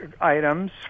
items